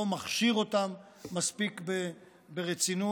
לא מכשיר אותם מספיק ברצינות,